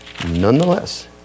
nonetheless